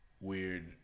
weird